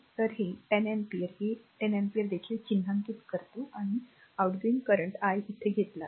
तर हे 10 अँपिअर हे 10 अँपिअर देखील चिन्हांकित करते आणि आउटगोइंग करंट I इथे घेतला तर